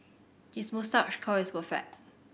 his moustache curl is perfect